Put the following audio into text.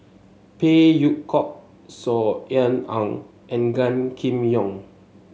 Phey Yew Kok Saw Ean Ang and Gan Kim Yong